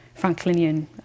Franklinian